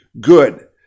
Good